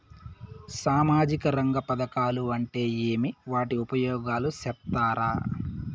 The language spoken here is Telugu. సామాజిక రంగ పథకాలు అంటే ఏమి? వాటి ఉపయోగాలు సెప్తారా?